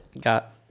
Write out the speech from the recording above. got